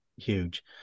huge